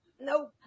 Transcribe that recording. nope